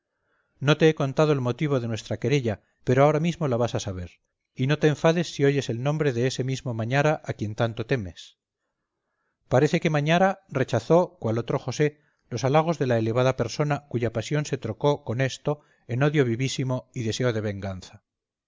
no te he contado el motivo de nuestra querella pero ahora mismo la vas a saber y no te enfades si oyes el nombre de ese mismo mañara a quien tanto temes parece que mañara rechazó cual otro josé los halagos de la elevada persona cuya pasión se trocó con esto en odio vivísimo y deseo de venganza